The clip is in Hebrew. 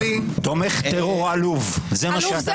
תומך טרור עלוב, זה מה שאתה.